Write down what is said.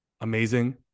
amazing